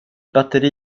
batteri